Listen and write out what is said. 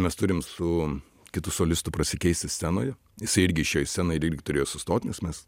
mes turim su kitu solistu prasikeisti scenoje jisai irgi išėjo į sceną turėjo sustot nes mes